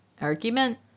argument